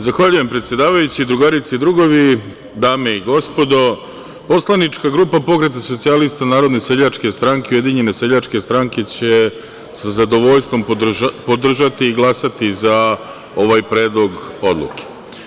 Zahvaljujem, predsedavajući, drugarice i drugovi, dame i gospodo, poslanička grupa PS, NSS, USS će sa zadovoljstvom podržati i glasati za ovaj predlog odluke.